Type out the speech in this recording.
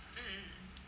mmhmm